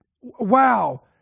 Wow